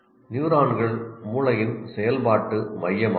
நியூரான்கள் மூளையின் செயல்பாட்டு மையமாகும்